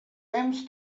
aims